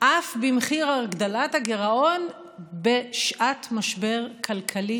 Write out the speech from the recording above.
אף במחיר הגדלת הגירעון בשעת משבר כלכלי